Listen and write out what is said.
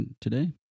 today